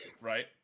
right